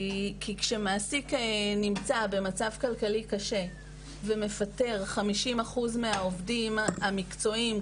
כי כשמעסיק נמצא במצב כלכלי קשה ומפטר כ-50% מהעובדים המקצועיים,